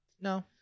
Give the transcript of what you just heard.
No